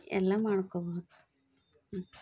ಎಲ್ಲ ಮಾಡ್ಕೊಬೌದು